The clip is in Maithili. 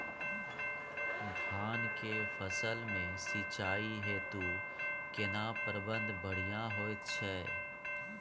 धान के फसल में सिंचाई हेतु केना प्रबंध बढ़िया होयत छै?